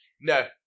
No